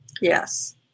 Yes